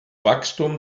wachstum